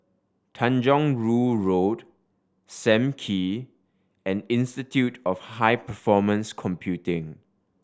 Tanjong Rhu Road Sam Kee and Institute of High Performance Computing